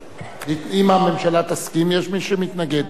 הממשלה תסכים, יש מי שמתנגד.